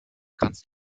kannst